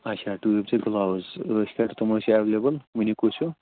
اَچھا ٹوٗپۍ تہٕ گٕلاوٕز عٲش کٔرِتھ تِم حظ چھِ ایٚولیبٕل ؤنِو کُس ہیٚو